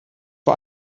war